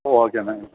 ஓகேண்ணே